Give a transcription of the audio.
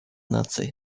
наций